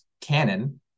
canon